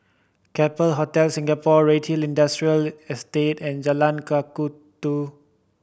Capella Hotel Singapore Redhill Industrial Estate and Jalan Kakatua